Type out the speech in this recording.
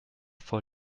vor